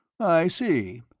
i see.